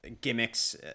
gimmicks